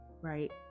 right